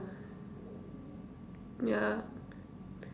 ya